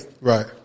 right